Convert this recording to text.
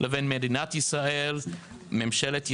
לבין מדינת ישראל וממשלת ישראל.